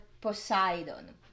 Poseidon